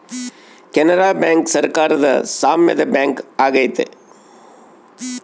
Canara bank ಸರಕಾರದ ಸಾಮ್ಯದ bank ಆಗೈತೆ